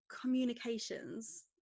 communications